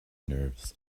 nerves